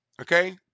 okay